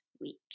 week